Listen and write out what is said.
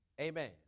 Amen